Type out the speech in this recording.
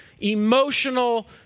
emotional